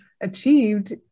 achieved